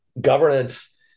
governance